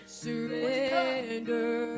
surrender